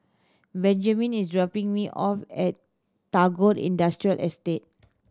Benjamin is dropping me off at Tagore Industrial Estate